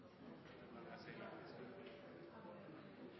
Men jeg